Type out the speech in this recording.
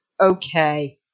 Okay